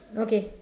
okay